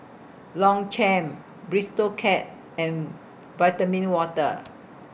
Longchamp Bistro Cat and Vitamin Water